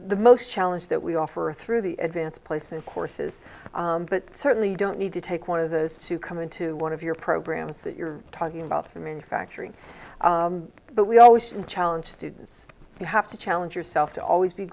the most challenge that we offer through the advanced placement courses but certainly don't need to take one of those to come into one of your programs that you're talking about for manufacturing but we always challenge students you have to challenge yourself to always be